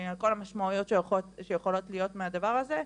על כל המשמעויות שיכולות להיות מהדבר הזה.